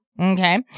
okay